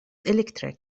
electric